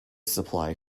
supply